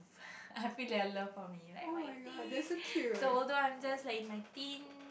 I feel their love for me like so although I'm just in my teen